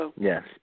Yes